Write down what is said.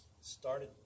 started